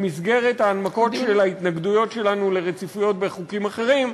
במסגרת ההנמקות של ההתנגדויות שלנו לרציפויות בחוקים אחרים,